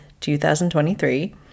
2023